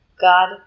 God